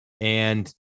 and-